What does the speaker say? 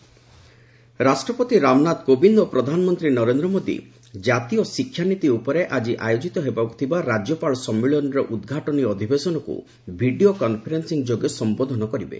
ପ୍ରେକ୍ PM education policy ରାଷ୍ଟ୍ରପତି ରାମନାଥ କୋବିନ୍ଦ ଓ ପ୍ରଧାନମନ୍ତ୍ରୀ ନରେନ୍ଦ୍ର ମୋଦି ଜାତୀୟ ଶିକ୍ଷାନୀତି ଉପରେ ଆକି ଆୟୋଜିତ ହେବାକୁ ଥିବା ରାଜ୍ୟପାଳ ସମ୍ମିଳନୀର ଉଦ୍ଘାଟନୀ ଅଧିବେଶନକ୍ ଭିଡିଓ କନ୍ଫରେନ୍ଦିଂ ଯୋଗେ ସମ୍ଭୋଧନ କରିବେ